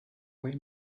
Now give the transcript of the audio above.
way